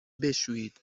بشویید